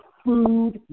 Food